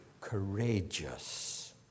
courageous